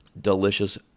delicious